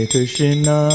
Krishna